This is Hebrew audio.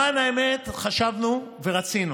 למען האמת, חשבנו ורצינו